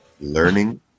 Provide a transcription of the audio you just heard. learning